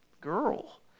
girl